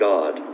God